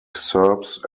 serbs